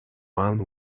one